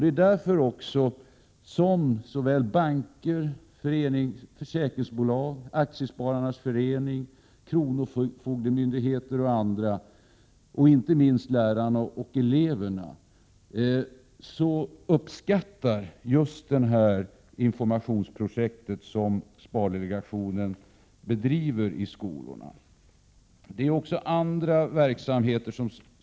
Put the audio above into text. Det är också därför som såväl banker som försäkringsbolag, aktiespararnas förening, kronofogdemyndigheter och andra — inte minst lärare och elever — så uppskattar just det här informationsprojektet som spardelegationen genomför i skolorna.